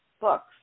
books